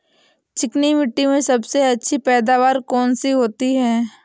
चिकनी मिट्टी में सबसे अच्छी पैदावार कौन सी होती हैं?